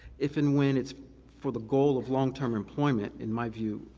if and when it's for the goal of long term employment, in my view,